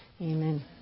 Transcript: Amen